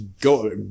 go